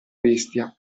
bestia